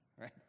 right